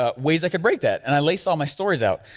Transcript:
ah ways i could break that and i lace all my stories out,